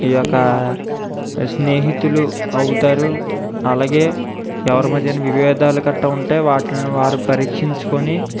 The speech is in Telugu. ఈ యొక్క స్నేహితులు అవుతారు అలాగే ఎవరి మధ్యన విభేదాలు కట్ట ఉంటే వాటిల్ని వారు పరీక్షించుకొని